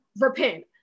repent